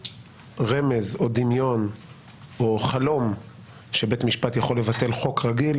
רמז או דמיון או חלום שבית משפט יכול לבטל חוק רגיל,